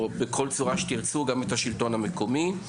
או בכל צורה שתרצו גם את השלטון המקומי.